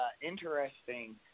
interesting